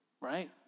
right